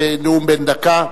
נאום בן דקה.